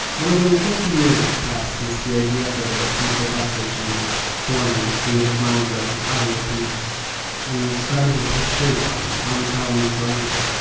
more than fifty years have passed since the idea for the central bus station was born in the creative mind of aryeh pilz and started to take shape on ram karmi's drawing board.